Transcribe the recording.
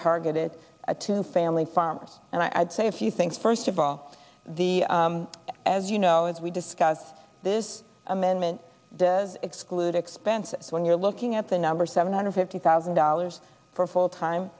targeted to family farmers and i'd say if you think first of all the as you know as we discuss this amendment does exclude expenses when you're looking at the number seven hundred fifty thousand dollars for full time